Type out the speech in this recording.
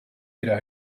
era